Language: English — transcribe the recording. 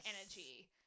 energy